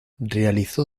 realizó